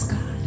God